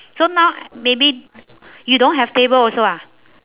so now maybe you don't have table also ah